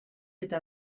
eta